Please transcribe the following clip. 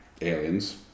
aliens